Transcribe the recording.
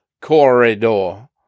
Corridor